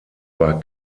war